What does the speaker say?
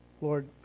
Lord